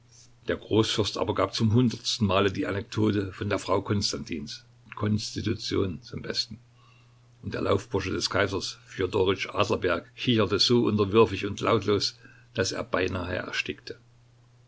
der großfürst aber gab zum hundertsten male die anekdote von der frau konstantins konstitution zum besten und der laufbursche des kaisers fjodorytsch adlerberg kicherte so unterwürfig und lautlos daß er beinahe erstickte